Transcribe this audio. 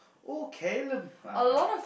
oh Callum uh I can't